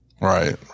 right